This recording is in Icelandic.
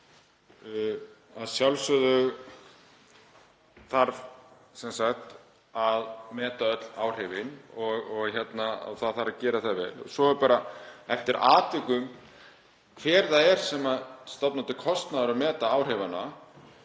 Að sjálfsögðu þarf að meta öll áhrifin og það þarf að gera það vel. Svo er bara eftir atvikum hver það er sem stofnar til kostnaðar við að meta áhrifin.